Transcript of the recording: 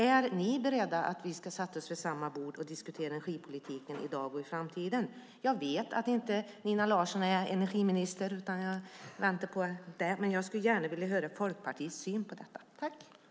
Är ni beredda att sätta er vid samma bord som vi och diskutera energipolitiken i dag och i framtiden? Jag vet att det inte är Nina Larsson som är energiminister, henne väntar jag på, men jag skulle gärna vilja höra Folkpartiets syn på detta.